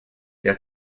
der